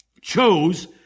chose